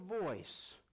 voice